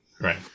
Right